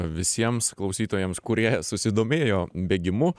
visiems klausytojams kurie susidomėjo bėgimu